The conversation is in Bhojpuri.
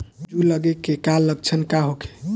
जूं लगे के का लक्षण का होखे?